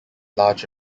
large